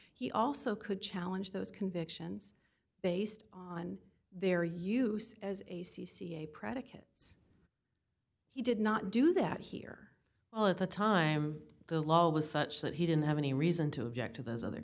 he also could challenge those convictions based on their use as a c c a predicates he did not do that here well at the time the law was such that he didn't have any reason to object to those other